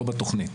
לא בתכנית.